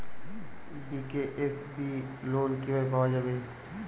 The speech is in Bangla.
বি.কে.এস.বি লোন কিভাবে পাওয়া যাবে?